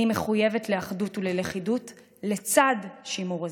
אני מחויבת לאחדות וללכידות לצד שימור הזיכרון.